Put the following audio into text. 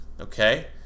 okay